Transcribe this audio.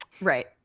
right